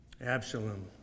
Absalom